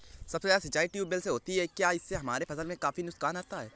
सबसे ज्यादा सिंचाई ट्यूबवेल से होती है क्या इससे हमारे फसल में काफी नुकसान आता है?